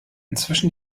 zwischen